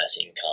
income